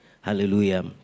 Hallelujah